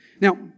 Now